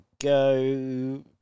go